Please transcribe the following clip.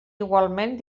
igualment